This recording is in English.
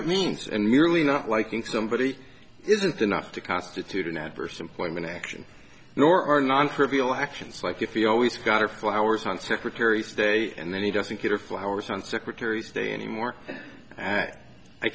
it means and merely not liking somebody isn't enough to constitute an adverse employment action nor are non trivial actions like if you always got her flowers on secretaries day and then he doesn't get her flowers on secretary's day anymore i